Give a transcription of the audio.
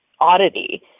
oddity